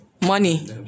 Money